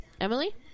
Emily